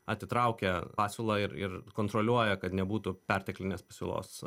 atitraukia pasiūlą ir ir kontroliuoja kad nebūtų perteklinės pasiūlos